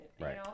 Right